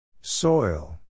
Soil